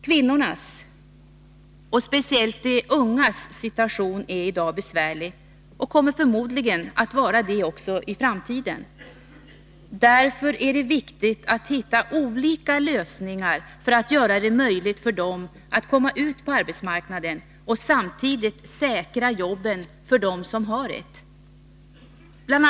Kvinnornas och speciellt de ungas situation är i dag besvärlig och kommer förmodligen att vara det också i framtiden. Därför är det viktigt att hitta olika lösningar för att göra det möjligt för dem att komma ut på arbetsmarknaden och samtidigt säkra jobben för dem som har ett. Bl.